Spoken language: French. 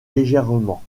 légèrement